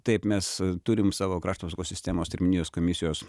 taip mes turim savo krašto apsaugos sistemos terminijos komisijos